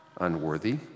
unworthy